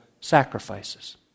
sacrifices